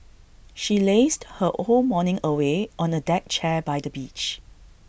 she lazed her whole morning away on A deck chair by the beach